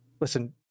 Listen